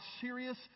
serious